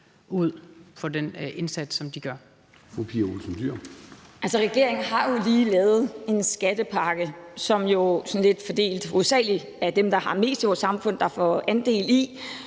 14:08 Pia Olsen Dyhr (SF): Regeringen har jo lige lavet en skattepakke, som det, lidt fordelt, hovedsagelig er dem der har mest i vores samfund der får andel i,